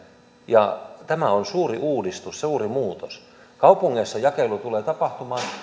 ja tämä on suuri uudistus suuri muutos kaupungeissa jakelu tulee tapahtumaan